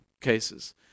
cases